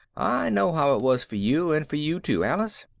know how it was for you and for you too, alice.